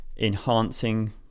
enhancing